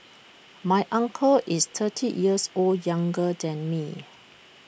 my uncle is thirty years or younger than me